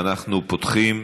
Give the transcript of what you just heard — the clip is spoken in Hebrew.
אנחנו פותחים